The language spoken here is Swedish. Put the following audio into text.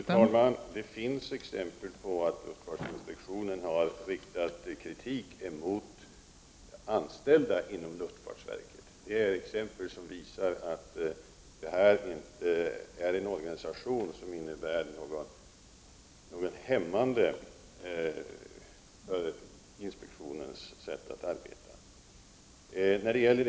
Fru talman! Det finns exempel på att luftfartsinspektionen har riktat kritik mot anställda inom luftfartsverket. Det är exempel som visar att den här organisationen inte är hämmande för inspektionens sätt att arbeta.